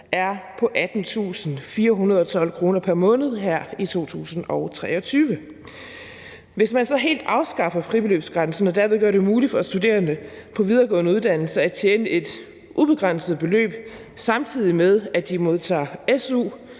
er på 18.412 kr. pr. måned her i 2023. Hvis man så helt afskaffer fribeløbsgrænsen og derved gør det muligt for studerende på videregående uddannelser at tjene et ubegrænset beløb, samtidig med at de modtager su,